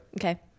Okay